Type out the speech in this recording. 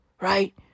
Right